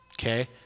Okay